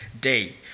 day